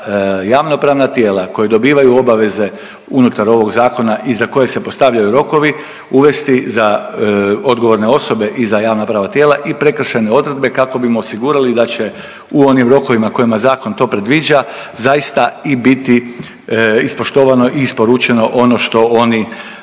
javnopravna tijela koja dobivaju obaveze unutar ovog zakona i za koje se postavljaju rokovi uvesti za odgovorne osobe i za javnopravna tijela i prekršajne odredbe kako bimo osigurali da će u onim rokovima kojima zakon to predviđa zaista i biti ispoštovano i isporučeno ono što oni,